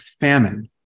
famine